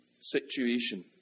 situation